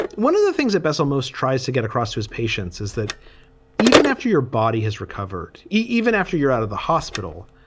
one of the things that bezzle most tries to get across his patients is that even after your body has recovered, even after you're out of the hospital,